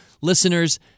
listeners